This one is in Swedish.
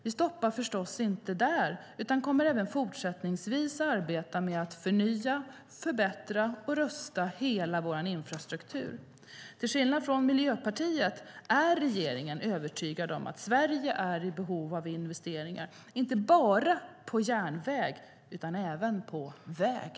Vi stoppar förstås inte där utan kommer även fortsättningsvis arbeta med att förnya, förbättra och rusta hela vår infrastruktur. Till skillnad från Miljöpartiet är regeringen övertygad om att Sverige är i behov av investeringar inte bara på järnväg utan även på väg.